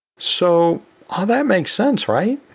so all that makes sense, right?